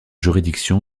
juridiction